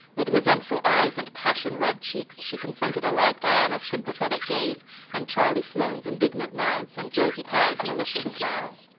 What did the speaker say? with resentful eyes and passion-red cheeks she confronted alike diana's sympathetic gaze and charlie sloane's indignant nods and josie pye's malicious smiles.